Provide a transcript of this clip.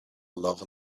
love